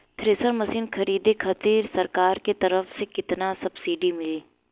Thresher machine खरीदे खातिर सरकार के तरफ से केतना सब्सीडी मिली?